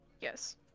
Yes